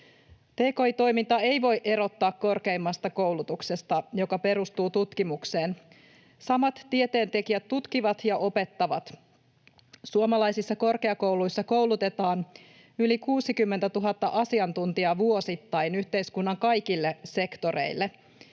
Tki-toimintaa ei voi erottaa korkeimmasta koulutuksesta, joka perustuu tutkimukseen. Samat tieteentekijät tutkivat ja opettavat. Suomalaisissa korkeakouluissa koulutetaan yli 60 000 asiantuntijaa vuosittain yhteiskunnan kaikille sektoreille,